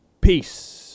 Peace